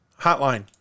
hotline